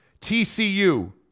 TCU